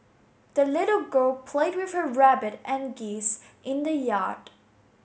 the little girl played with her rabbit and geese in the yard